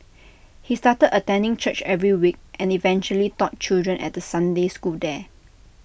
he started attending church every week and eventually taught children at the Sunday school there